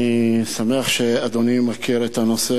אני שמח שאדוני מכיר את הנושא,